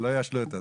שלא ישלו את עצמם.